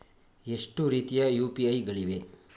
ಎಷ್ಟು ರೀತಿಯ ಯು.ಪಿ.ಐ ಗಳಿವೆ?